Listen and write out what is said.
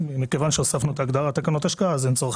מכיוון שהוספנו הגדרה תקנות השקעה, אין צורך